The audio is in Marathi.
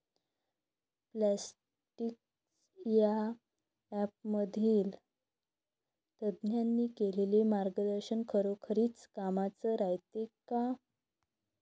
प्लॉन्टीक्स या ॲपमधील तज्ज्ञांनी केलेली मार्गदर्शन खरोखरीच कामाचं रायते का?